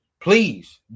please